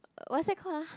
what's that called ah